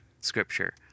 Scripture